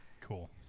Cool